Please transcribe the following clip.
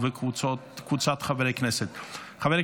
התשפ"ד 2024,